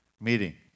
meeting